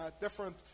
different